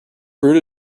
brewed